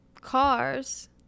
Cars